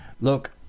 Look